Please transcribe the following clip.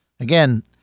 Again